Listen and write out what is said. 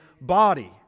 body